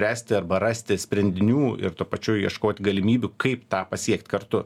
spręsti arba rasti sprendinių ir tuo pačiu ieškot galimybių kaip tą pasiekt kartu